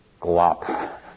glop